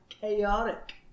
chaotic